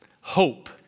Hope